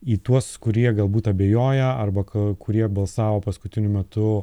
į tuos kurie galbūt abejoja arba kurie balsavo paskutiniu metu